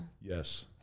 Yes